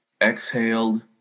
exhaled